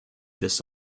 this